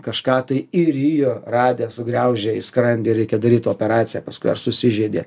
kažką tai įrijo radę sugraužė į skrandį reikia daryti operaciją paskui ar susižeidė